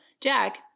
Jack